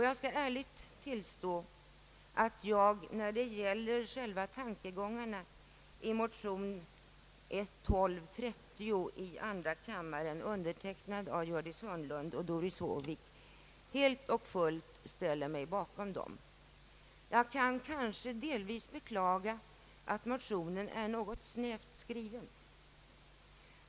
Jag skall ärligt tillstå att jag beträffande själva tankegångarna i motion II: 1230, undertecknad av Gördis Hörnlund och Doris Håvik, helt och fullt ställer mig bakom dem. Delvis kan jag kanske beklaga att motionen är något snävt skriven.